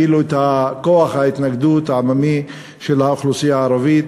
כוח ההתנגדות העממית של האוכלוסייה הערבית.